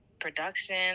Production